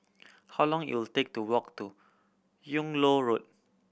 how long you take to walk to Yung Loh Road